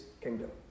kingdom